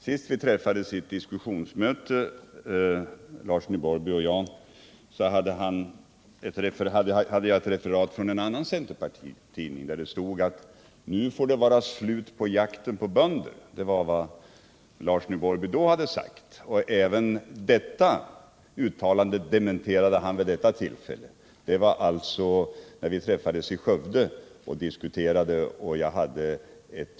Sist vi träffades i ett diskussionsmöte, herr Larsson i Borrby och jag, hade jag ett referat från en annan centerpartitidning, där det stod att nu får det vara slut med jakten på bönder. Det var vad herr Larsson 25 i Borrby då hade sagt, och även detta uttalande dementerade han — det var när vi träffades i Skövde och diskuterade.